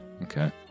Okay